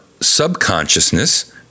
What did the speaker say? subconsciousness